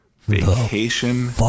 vacation